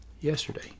yesterday